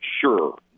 Sure